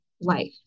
life